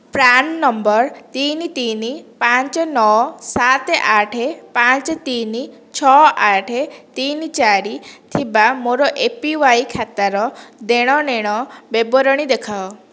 PRAN number ତିନି ତିନି ପାଞ୍ଚ ନଅ ସାତ ଆଠ ପାଞ୍ଚ ତିନି ଛଅ ଆଠ ତିନି ଚାରି ଥିବା ମୋର ଏପିୱାଇ ଖାତାର ଦେଣନେଣ ବିବରଣୀ ଦେଖାଅ